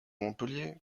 montpellier